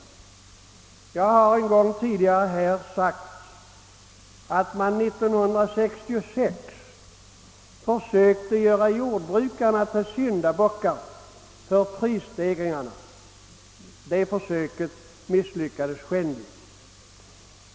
Som jag sagt en gång tidigare, försökte man 1966 göra jordbrukarna till syndabockar för prisstegringarna, men det försöket misslyckades skändligen.